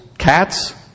cats